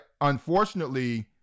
unfortunately